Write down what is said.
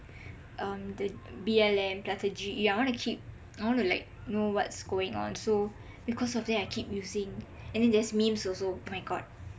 um the B_L_M I wanna keep I wanna like know what's going on so because of that I keep using and then there's memes also oh my god